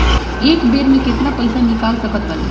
एक बेर मे केतना पैसा निकाल सकत बानी?